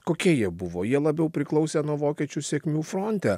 kokie jie buvo jie labiau priklausė nuo vokiečių sėkmių fronte